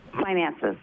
Finances